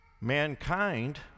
Mankind